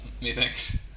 methinks